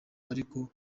ariko